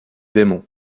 démons